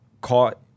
caught